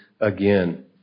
again